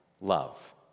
love